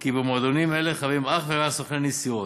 כי במועדונים אלה חברים אך ורק סוכני נסיעות,